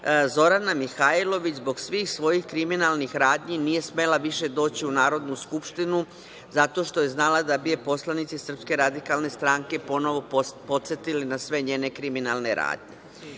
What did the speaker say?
Zorana Mihajlović, zbog svih svojih kriminalnih radnji nije smela više doći u Narodnu skupštinu, zato što je znala da bi je poslanici SRS ponovo podsetili na sve njene kriminalne radnje.Zašto